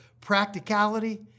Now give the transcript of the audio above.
practicality